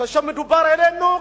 כאשר מדובר עלינו,